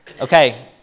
Okay